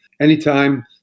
Anytime